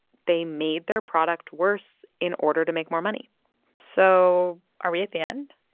they made their product worse in order to make more money so are we at the end?